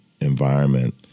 environment